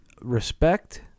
respect